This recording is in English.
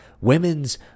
women's